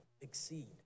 exceed